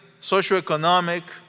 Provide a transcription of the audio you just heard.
socioeconomic